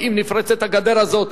ואם נפרצת הגדר הזאת,